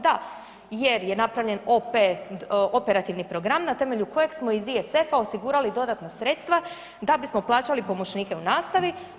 Da, jer je napravljen operativni program na temelju kojeg smo iz … osigurali dodatna sredstva da bismo plaćali pomoćnike u nastavi.